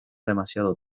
demasiado